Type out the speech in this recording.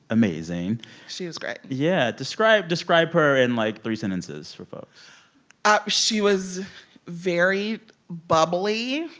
amazing she was great yeah. describe describe her in, like, three sentences for folks ah she was very bubbly,